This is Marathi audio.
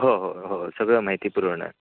हो हो हो सगळं माहिती पुरवणार